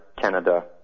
Canada